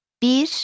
Bir